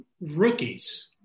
rookies